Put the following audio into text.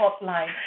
hotline